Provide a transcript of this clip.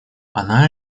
она